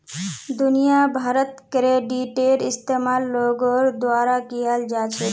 दुनिया भरत क्रेडिटेर इस्तेमाल लोगोर द्वारा कियाल जा छेक